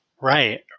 Right